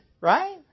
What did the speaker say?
Right